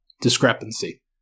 discrepancy